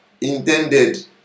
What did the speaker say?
intended